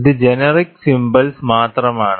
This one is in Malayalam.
ഇത് ജനറിക് സിംബൽസ് മാത്രമാണ്